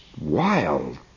wild